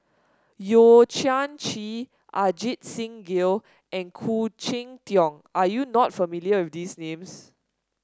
Yeo Kian Chye Ajit Singh Gill and Khoo Cheng Tiong are you not familiar with these names